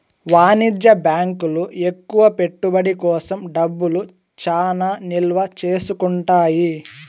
వాణిజ్య బ్యాంకులు ఎక్కువ పెట్టుబడి కోసం డబ్బులు చానా నిల్వ చేసుకుంటాయి